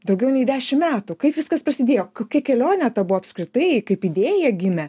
daugiau nei dešim metų kaip viskas prasidėjo kokia kelionė buvo apskritai kaip idėja gimė